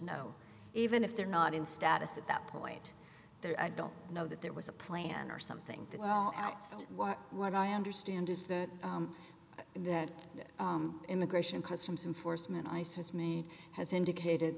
no even if they're not in status at that point there i don't know that there was a plan or something outside what what i understand is that that immigration customs enforcement ice has made has indicated